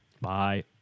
Bye